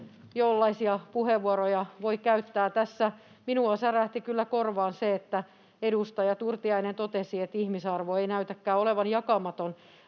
jollaisia puheenvuoroja voi käyttää. Tässä minulla särähti kyllä korvaan se, kun edustaja Turtiainen totesi, että ihmisarvo ei näytäkään olevan jakamaton.